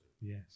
Yes